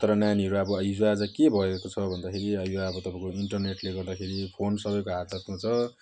तर नानीहरू अब हिजोआज के भएको छ भन्दाखेरि अहिले अब तपाईँको इन्टरनेटले गर्दाखेरि फोन सबैको हात हातमा छ